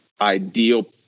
ideal